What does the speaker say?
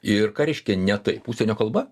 ir ką reiškia ne taip užsienio kalba